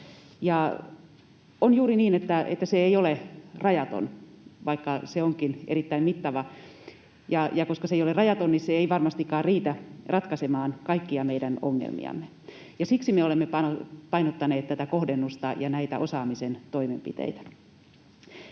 On juuri niin, että se ei ole rajaton, vaikka se onkin erittäin mittava, ja koska se ei ole rajaton, niin se ei varmastikaan riitä ratkaisemaan kaikkia meidän ongelmiamme. Siksi me olemme painottaneet tätä kohdennusta ja näitä osaamisen toimenpiteitä.